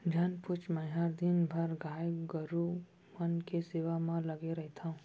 झन पूछ मैंहर दिन भर गाय गरू मन के सेवा म लगे रइथँव